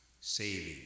saving